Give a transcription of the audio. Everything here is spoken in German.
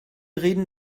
reden